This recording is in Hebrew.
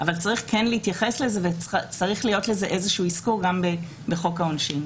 אבל צריך להתייחס לזה וצריך להיות לזה איזה אזכור גם בחוק העונשין.